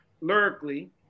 lyrically